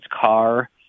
car